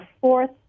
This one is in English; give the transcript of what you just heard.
fourth